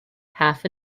half